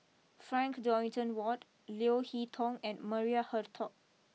Frank Dorrington Ward Leo Hee Tong and Maria Hertogh